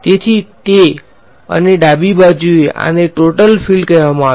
તેથી તે અને ડાબી બાજુએ આને ટોટલ ફીલ્ડ કહેવામાં આવે છે